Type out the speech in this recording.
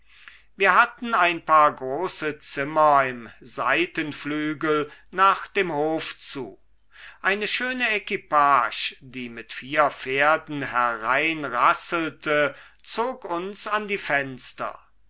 wir hatten ein paar große zimmer im seitenflügel nach dem hof zu eine schöne equipage die mit vier pferden hereinrasselte zog uns an die fenster